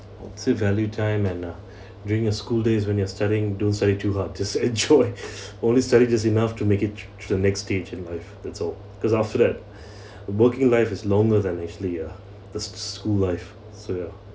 I would say value time and uh during uh school days when you're studying don't study too hard just enjoy only study just enough to make it to to the next stage in life that's all because after that working life is longer than actually uh the sch~ school life so ya